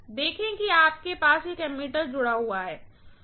देखें कि आपके पास एक एमीटर जुड़ा हुआ है